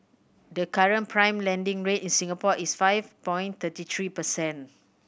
the current prime lending rate in Singapore is five point thirty three percent